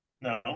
No